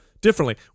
differently